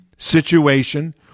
situation